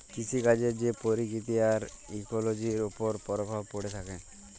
কিসিকাজের যে পরকিতি আর ইকোলোজির উপর পরভাব প্যড়ে থ্যাকে